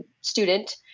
student